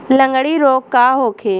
लगंड़ी रोग का होखे?